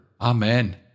Amen